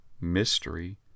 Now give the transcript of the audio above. mystery